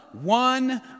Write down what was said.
one